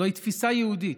זוהי תפיסה יהודית.